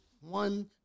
one